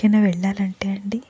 ఎక్కడికైనా వెళ్ళాలంటే అండి నాకు